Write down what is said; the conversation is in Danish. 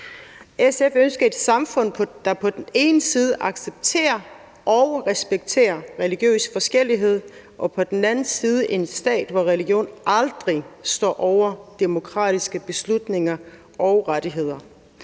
SF ønsker et samfund, der på den ene side accepterer og respekterer religiøs forskellighed og på den anden side er en stat, hvor religion aldrig står over demokratiske beslutninger og rettigheder,